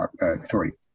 authority